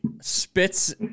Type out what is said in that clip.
spits